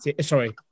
Sorry